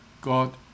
God